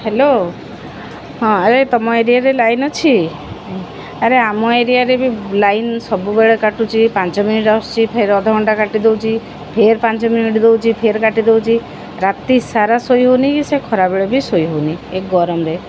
hello ହଁ ଆରେ ତମ ଏରିଆରେ ଲାଇନ୍ ଅଛି ଆରେ ଆମ ଏରିଆରେ ବି ଲାଇନ ସବୁବେଳେ କାଟୁଛି ପାଞ୍ଚ ମିନିଟ୍ ଆସୁଛି ଫେର୍ ଅଧଘଣ୍ଟା କାଟି ଦଉଛି ଫେର୍ ପାଞ୍ଚ ମିନିଟ୍ ଦଉଛି ଫେର୍ କାଟି ଦଉଛି ରାତି ସାରା ଶୋଇ ହଉନି କି ସେ ଖରାବେଳେ ବି ଶୋଇ ହଉନି ଏ ଗରମରେ